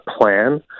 plan